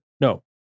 No